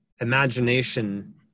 imagination